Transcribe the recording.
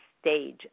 stage